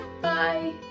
Bye